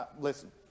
Listen